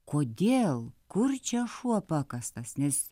kodėl kur čia šuo pakastas nes